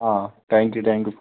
thank you thank you